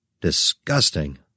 Disgusting